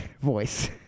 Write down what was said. voice